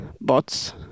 bots